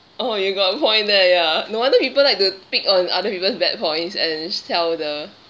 oh you got a point there ya no wonder people like to pick on other people's bad points and tell the